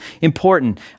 important